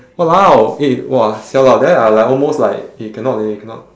!walao! eh !wah! !siala! then I like almost like eh cannot leh cannot